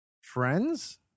Friends